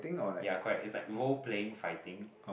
ya correct is like role playing fighting